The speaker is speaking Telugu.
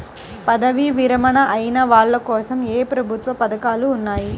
పదవీ విరమణ అయిన వాళ్లకోసం ఏ ప్రభుత్వ పథకాలు ఉన్నాయి?